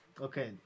Okay